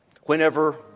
whenever